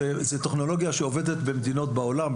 זאת טכנולוגיה שעובדת במדינות העולם,